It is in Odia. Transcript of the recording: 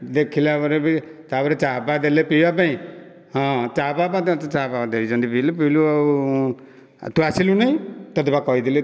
ଦେଖିଲା ପରେ ବି ତା ପରେ ଚା ଫା ଦେଲେ ପିଇବା ପାଇଁ ହଁ ଚା ଫା ଚା ଫା ଦେଇଛନ୍ତି ପିଇଲୁ ପିଇଲୁ ଆଉ ତୁ ଆସିଲୁନି ତତେ ପରା କହିଥିଲି